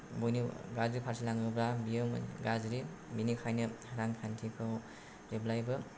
बयनिबो गाज्रि फारसे लाङोब्ला बियो गाज्रि बेनिखायनो रांखान्थिखौ जेब्लायबो